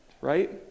right